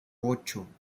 ocho